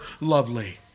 lovely